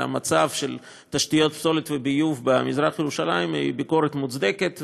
על המצב של תשתיות פסולת וביוב במזרח ירושלים היא ביקורת מוצדקת,